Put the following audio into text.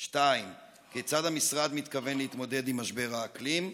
2. כיצד המשרד מתכוון להתמודד עם משבר האקלים?